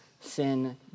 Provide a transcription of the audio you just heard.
sin